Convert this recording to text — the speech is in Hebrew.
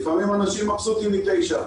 לפעמים אנשים מבסוטים מ-9.